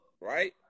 right